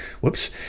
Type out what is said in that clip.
Whoops